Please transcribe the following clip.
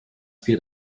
wird